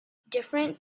different